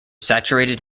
saturated